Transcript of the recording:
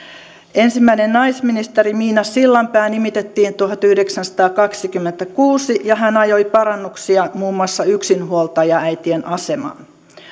ensimmäinen naisministeri miina sillanpää nimitettiin tuhatyhdeksänsataakaksikymmentäkuusi ja hän ajoi parannuksia muun muassa yksinhuoltajaäitien asemaan